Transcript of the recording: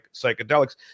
psychedelics